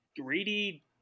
greedy